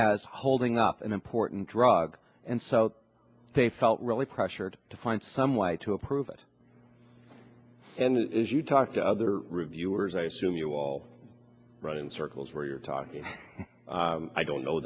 as holding up an important drug and so they felt really pressured to find some way to approve it and it is you talk to other reviewers i assume you all run in circles where you're talking i don't know